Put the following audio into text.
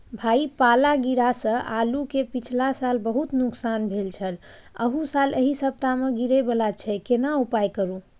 भाई पाला गिरा से आलू के पिछला साल बहुत नुकसान भेल छल अहू साल एहि सप्ताह में गिरे वाला छैय केना उपाय करू?